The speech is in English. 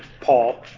Paul